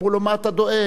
אמרו לו: מה אתה דואג?